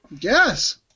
Yes